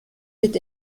wird